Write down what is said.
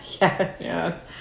yes